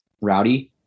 rowdy